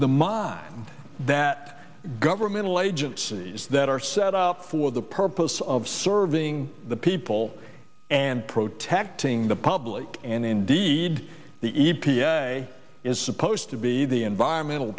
the mind that governmental agencies that are set up for the purpose of serving the people and pro tech ting the public and indeed the e p a is supposed to be the environmental